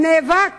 הנאבק